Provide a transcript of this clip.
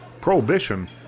Prohibition